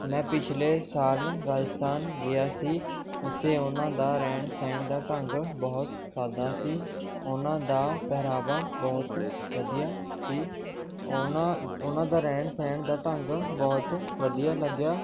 ਮੈਂ ਪਿਛਲੇ ਸਾਲ ਰਾਜਸਥਾਨ ਗਿਆ ਸੀ ਉੱਥੇ ਉਨ੍ਹਾਂ ਦਾ ਰਹਿਣ ਸਹਿਣ ਦਾ ਢੰਗ ਬਹੁਤ ਸਾਦਾ ਸੀ ਉਨ੍ਹਾਂ ਦਾ ਪਹਿਰਾਵਾ ਬਹੁਤ ਵਧੀਆ ਸੀ ਉਹਨਾਂ ਉਨ੍ਹਾਂ ਦਾ ਰਹਿਣ ਸਹਿਣ ਦਾ ਢੰਗ ਬਹੁਤ ਵਧੀਆ ਲੱਗਿਆ